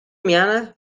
moanne